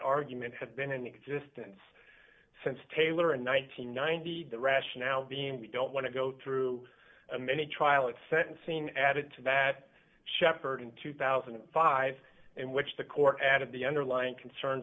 argument have been in existence since taylor and nine hundred and ninety the rationale being we don't want to go through a mini trial and sentencing added to that sheppard in two thousand and five and which the court added the underlying concerns